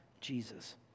Jesus